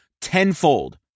tenfold